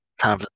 Time